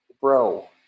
bro